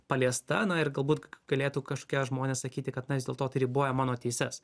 paliesta na ir galbūt galėtų kažkokie žmonės sakyti kad na vis dėlto tai riboja mano teises